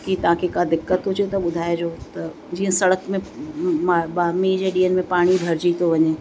की तव्हांखे का दिक़त हुजे त ॿुधाइजो त जीअं सड़क मींहं जे ॾींहनि में पाणी भरिजी थो वञे